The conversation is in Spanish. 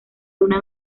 una